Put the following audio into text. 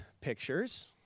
pictures